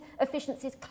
efficiencies